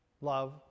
Love